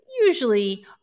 usually